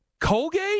Colgate